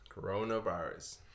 Coronavirus